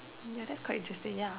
ya that's quite interesting ya